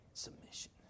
Submission